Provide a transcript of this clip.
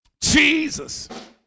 Jesus